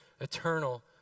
eternal